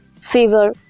Fever